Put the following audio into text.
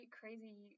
crazy